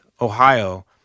Ohio